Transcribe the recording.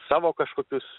savo kažkokius